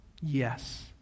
Yes